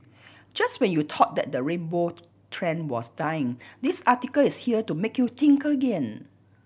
just when you thought that the rainbow trend was dying this article is here to make you think again